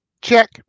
Check